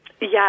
Yes